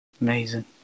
Amazing